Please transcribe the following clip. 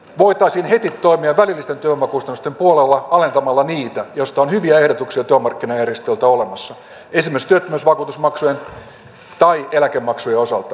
voitaisiin heti toimia välillisten työvoimakustannusten puolella alentamalla niitä mistä on hyviä ehdotuksia työmarkkinajärjestöiltä olemassa esimerkiksi työttömyysvakuutusmaksujen ja eläkemaksujen osalta